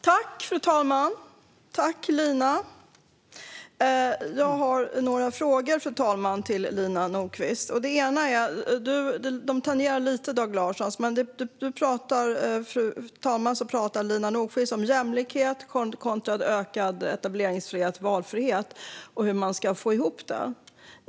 Fru talman! Jag har några frågor till Lina Nordquist. De tangerar lite det som Dag Larsson frågade om. Lina Nordquist talar om jämlikhet kontra ökad etableringsfrihet och valfrihet och hur man ska få ihop det.